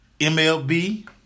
MLB